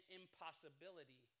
impossibility